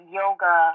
yoga